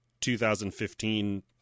2015